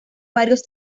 varios